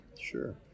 Sure